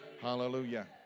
Hallelujah